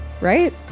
right